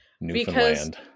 Newfoundland